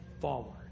forward